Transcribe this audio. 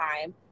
time